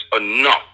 enough